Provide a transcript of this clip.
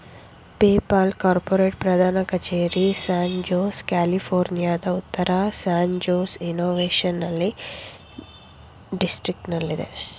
PayPal corporate ಪ್ರಧಾನ ಕಚೇರಿ San Jose, ಕ್ಯಾಲಿಫೋರ್ನಿಯಾದ ಉತ್ತರ ಸ್ಯಾನ್ ಜೋಸ್ ಇನ್ನೋವೇಶನ್ ಡಿಸ್ಟ್ರಿಕ್ಟನಲ್ಲಿದೆ